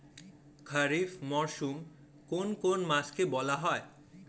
খারিফ মরশুম কোন কোন মাসকে বলা হয়?